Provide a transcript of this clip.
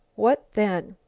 what then?